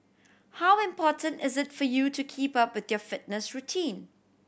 how important is it for you to keep up with your fitness routine